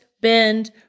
bend